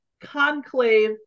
conclave